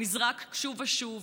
נזרק שוב ושוב,